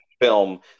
film